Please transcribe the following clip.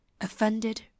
offended